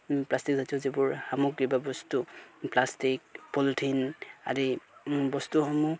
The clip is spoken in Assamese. প্লাষ্টিকজাতীয় যিবোৰ সামগ্ৰী বা বস্তু প্লাষ্টিক পলিথিন আদি বস্তুসমূহ